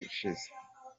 ishize